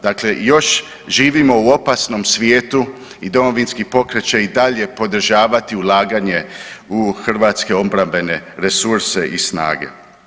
Dakle još živimo u opasnom svijetu i Domovinski pokret će i dalje podržavati ulaganje u hrvatske obrambene resurse i snage.